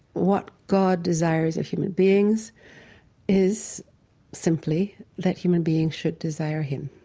what god desires of human beings is simply that human beings should desire him,